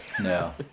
No